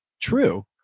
true